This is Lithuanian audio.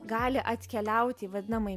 gali atkeliauti į vadinamąjį